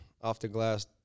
off-the-glass